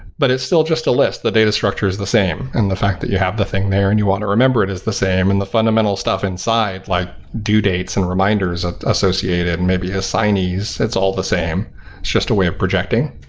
but it's still just a list. the data structure is the same, and the fact that you have the thing there and you want to remember it is the same, and the fundamental stuff inside, like due dates and reminders ah associated, maybe assignees. it's all the same. it's just a way of projecting.